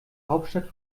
hauptstadt